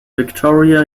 victoria